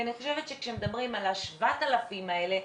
כי אני חושבת שכשמדברים על ה-7,000 האלה,